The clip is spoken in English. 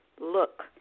look